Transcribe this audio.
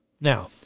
Now